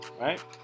right